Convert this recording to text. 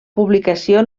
publicació